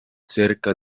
cerca